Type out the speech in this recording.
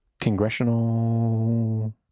Congressional